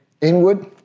inward